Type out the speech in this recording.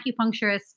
acupuncturist